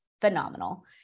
phenomenal